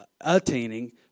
attaining